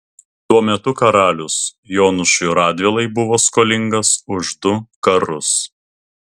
tuo metu karalius jonušui radvilai buvo skolingas už du karus